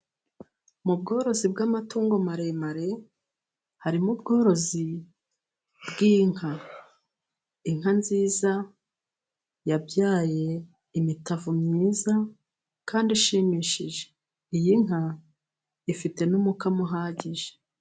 Mu bworozi bw'amatungo maremare ,harimo ubworozi bw'inka inka nziza yabyaye imitavu myiza, kandi ishimishije ,iyi nka ifite n'umukamo uhagije.